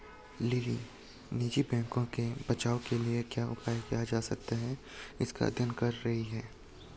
lily निजी बैंकों के बचाव के लिए क्या उपाय किया जा सकता है इसका अध्ययन कर रही है